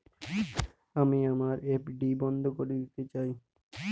আমি আমার এফ.ডি বন্ধ করে দিতে চাই